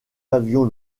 avions